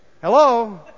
Hello